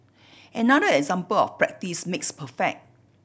another example of practice makes perfect